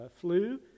flu